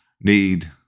need